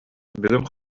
бүгүн